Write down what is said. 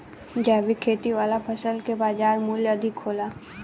जैविक खेती वाला फसल के बाजार मूल्य अधिक होला